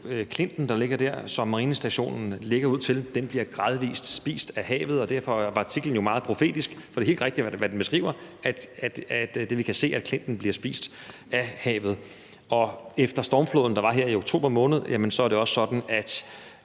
klint, som ligger der, og som marinestationen ligger ud til, der bliver gradvis spist af havet. Derfor var artiklen jo meget profetisk, for det er helt rigtigt, hvad den beskriver, nemlig at vi kan se, at klinten bliver spist af havet. Og efter stormfloden, der var her i oktober måned, er det også sådan, at